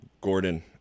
Gordon